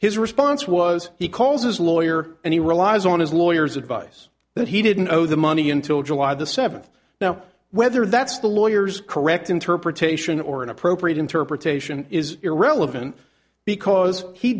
his response was he calls his lawyer and he relies on his lawyers advise that he didn't owe the money until july the seventh now whether that's the lawyers correct interpretation or an appropriate interpretation is irrelevant because he